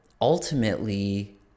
ultimately